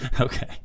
Okay